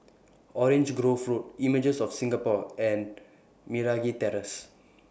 Orange Grove Road Images of Singapore and Meragi Terrace